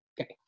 Okay